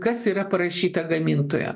kas yra parašyta gamintojo